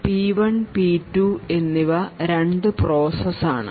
P1 P2 എന്നിവ രണ്ടു process ആണ്